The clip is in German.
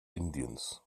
indiens